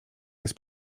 jest